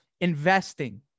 investing